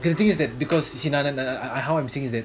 the thing is that because I I how I'm saying is that